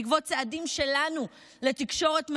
בעקבות צעדים שלנו לתקשורת מאוזנת,